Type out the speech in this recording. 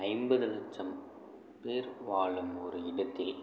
ஐம்பது லட்சம் பேர் வாழும் ஒரு இடத்தில்